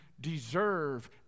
deserve